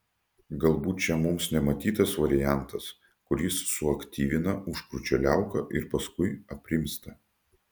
galbūt čia mums nematytas variantas kuris suaktyvina užkrūčio liauką ir paskui aprimsta